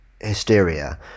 hysteria